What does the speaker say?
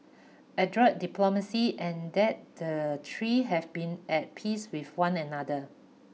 adroit diplomacy and that the three have been at peace with one another